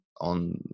on